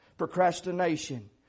procrastination